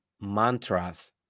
mantras